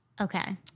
Okay